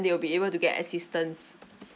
they will be able to get assistance